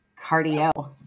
cardio